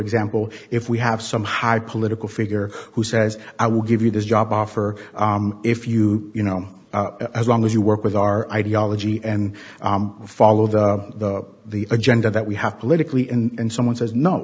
example if we have some high political figure who says i will give you this job offer if you you know as long as you work with our ideology and follow the the agenda that we have politically and someone says no